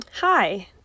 Hi